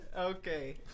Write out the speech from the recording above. Okay